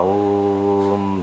Aum